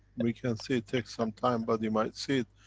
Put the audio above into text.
and we can see it takes some time, but you might see it.